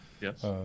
Yes